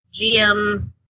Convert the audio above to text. GM